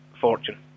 fortune